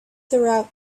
throughout